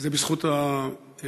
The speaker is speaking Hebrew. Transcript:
שזה בזכות המשפחות,